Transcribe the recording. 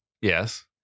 Yes